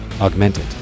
Augmented